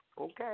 Okay